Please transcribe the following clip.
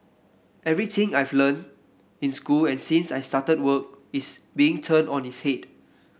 everything I've learnt in school and since I started work is being turned on its head